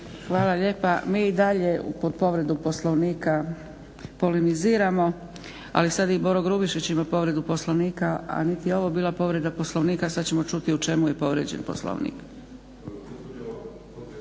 Hvala lijepa. Mi i dalje pod povredu Poslovnika polemiziramo. Ali sad i Boro Grubišić ima povredu Poslovnika, a niti je ovo bila povreda Poslovnika. Sad ćemo čuti u čemu je povrijeđen Poslovnik.